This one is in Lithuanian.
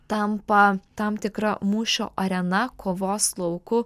tampa tam tikra mūšio arena kovos lauku